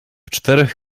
czterech